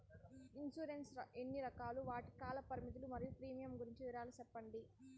Insurance లు ఎన్ని రకాలు? వాటి కాల పరిమితులు మరియు ప్రీమియం గురించి వివరాలు సెప్పండి?